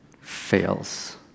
fails